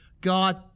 God